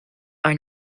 are